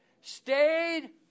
Stayed